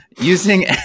Using